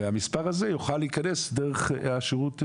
והמספר הזה יוכל להכנס דרך הרשות הדיגיטלית,